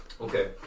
Okay